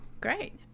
great